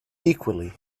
equally